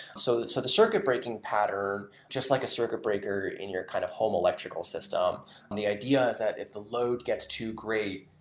so so the circuit breaking pattern, just like a circuit breaker in your kind of home electrical system and the idea is that if the load gets too great,